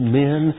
men